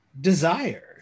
desire